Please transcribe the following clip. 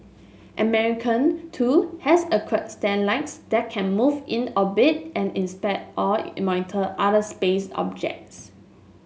American too has acquired satellites that can move in orbit and inspect or monitor other space objects